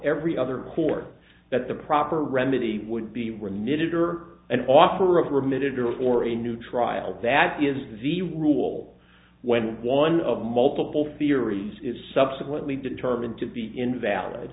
every other court that the proper remedy would be remitted or an offer of a permitted or a new trial that is the rule when one of multiple theories is subsequently determined to be invalid